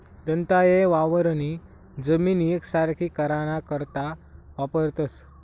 दंताये वावरनी जमीन येकसारखी कराना करता वापरतंस